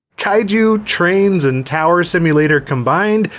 kaiju, trains, and tower simulator combined?